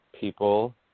people